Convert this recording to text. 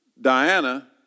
Diana